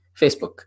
Facebook